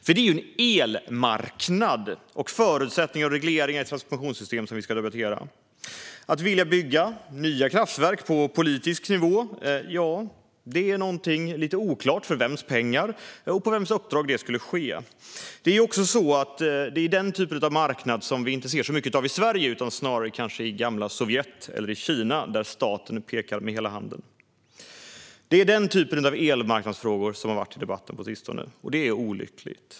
Det är nämligen en elmarknad och förutsättningar och regleringar i transformationssystemet som vi ska debattera. Det är lite oklart för vems pengar och på vems uppdrag det skulle ske när man på politisk nivå vill bygga nya kraftverk. Detta är också en typ av marknad som vi inte ser så mycket av i Sverige utan snarare kanske i gamla Sovjet eller i Kina, där staten pekar med hela handen. Det är denna typ av elmarknadsfrågor som har varit föremål för debatt på sistone, och det är olyckligt.